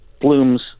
Blooms